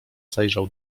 zajrzał